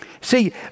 see